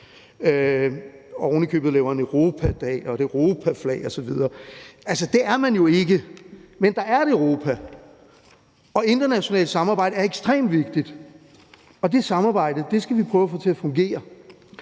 ovenikøbet laver en Europadag og et Europaflag osv. – for det er man jo ikke. Men der er et Europa, og internationalt samarbejde er ekstremt vigtigt, og det samarbejde skal vi prøve at få til at fungere.